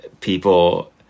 people